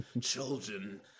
children